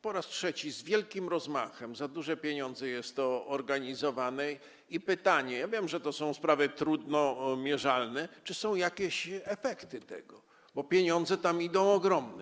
Po raz trzeci z wielkim rozmachem, za duże pieniądze jest to organizowane i jest pytanie - ja wiem, że są to sprawy trudno mierzalne: Czy są jakieś efekty tego, bo pieniądze tam idą ogromne?